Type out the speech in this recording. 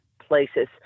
places